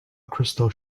crystal